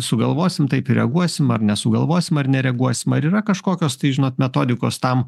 sugalvosim taip ir reaguosim ar nesugalvosim ar nereaguosim ar yra kažkokios tai žinot metodikos tam